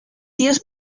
dios